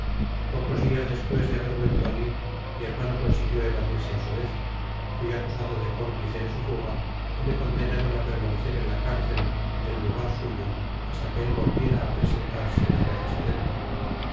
pocos dias despues de haber vuelto á lille mi hermano consiguió evadirse á su vez fui acusado de cómplice en su fuga y me condenaron á permanecer en la cárcel en lugar suyo hasta que él volviera á presentarse de rejas á dentro